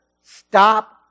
stop